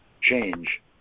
change